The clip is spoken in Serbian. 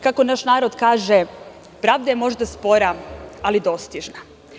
Kako naš narod kaže – pravda je možda spora, ali dostižna.